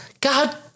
God